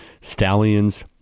stallions